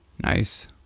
Nice